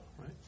right